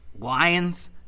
Lions